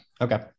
Okay